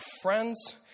friends